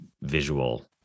visual